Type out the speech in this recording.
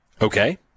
Okay